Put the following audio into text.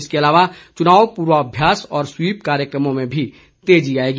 इसके अलावा चुनाव पूर्वाभ्यास और स्वीप कार्यक्रमों में भी तेजी आएगी